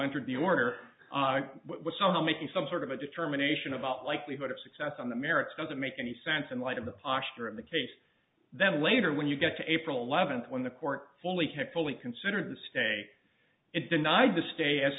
entered the order was somehow making some sort of a determination about likelihood of success on the merits does it make any sense in light of the posh during the case then later when you get to april eleventh when the court fully had fully considered the stay and denied the stay as